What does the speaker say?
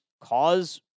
cause